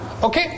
Okay